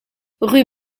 rue